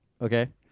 Okay